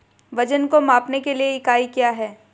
वजन को मापने के लिए इकाई क्या है?